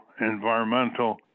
environmental